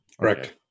Correct